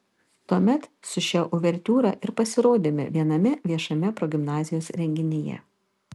tuomet su šia uvertiūra ir pasirodėme viename viešame progimnazijos renginyje